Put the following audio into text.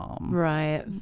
Right